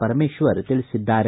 ಪರಮೇಶ್ವರ್ ತಿಳಿಸಿದ್ದಾರೆ